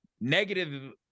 negative